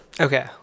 Okay